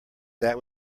that